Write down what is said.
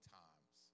times